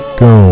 go